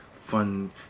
fun